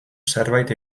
zerbait